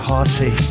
Party